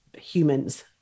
humans